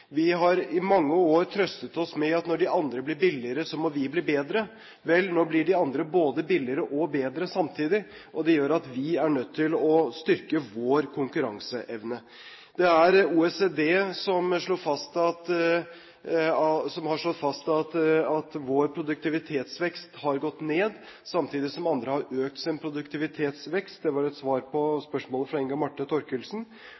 Vi har i mange år trøstet oss med at når de andre blir billigere, må vi bli bedre. Vel, nå blir de andre både billigere og bedre samtidig, og det gjør at vi er nødt til å styrke vår konkurranseevne. Det er OECD som har slått fast at vår produktivitetsvekst har gått ned samtidig som andre har økt sin produktivitetsvekst. Det var et svar på